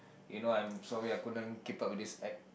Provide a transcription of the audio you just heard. you know I'm sorry I couldn't keep up with this act